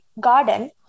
garden